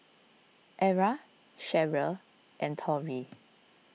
Era Cheryll and Torrie